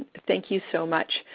thank you so much.